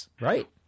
right